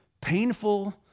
painful